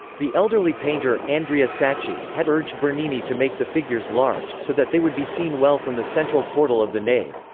the elderly painter, andrea andrea sacchi, had urged bernini to make the figures large, so that they would be seen well from the central portal of the nave.